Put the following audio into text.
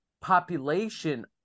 population